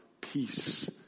peace